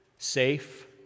Safe